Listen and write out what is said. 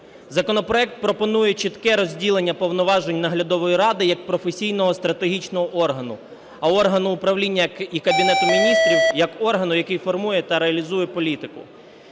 Законопроект пропонує чітке розділення повноважень наглядової ради як професійного стратегічного органу, а органу управління і Кабінету Міністрів як органу, який формує та реалізує політику.